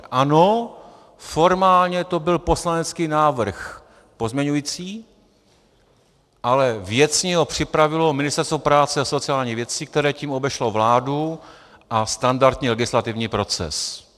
Ano, formálně to byl poslanecký pozměňovací návrh, ale věcně ho připravilo Ministerstvo práce a sociálních věcí, které tím obešlo vládu a standardní legislativní proces.